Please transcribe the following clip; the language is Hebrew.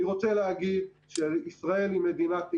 אני רוצה להגיד שישראל היא מדינת אי,